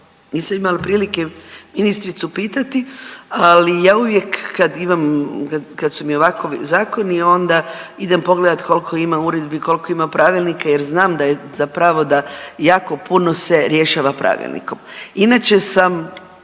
nisam imala prilike ministricu pitati, ali ja uvijek kad imam, kad, kad su mi ovakovi zakoni onda idem pogledat kolko ima uredbi, kolko ima pravilnika jer znam da je zapravo da jako puno se rješava pravilnikom. Inače sam